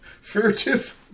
Furtive